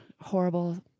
horrible